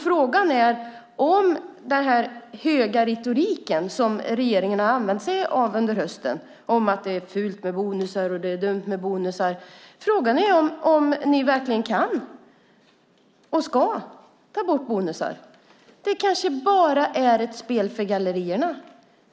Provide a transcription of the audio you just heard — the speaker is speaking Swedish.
Frågan är om den höga retoriken som regeringen har använt sig av under hösten, att det är fult och dumt med bonusar, innebär att ni verkligen kan och ska ta bort bonusar. Det kanske bara är ett spel för gallerierna.